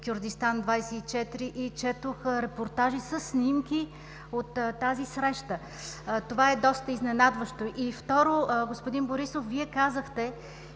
„Кюрдистан 24“ и четох репортажи със снимки от тази среща. Това е доста изненадващо. И, второ, господин Борисов, Вие казахте,